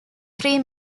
three